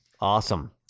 Awesome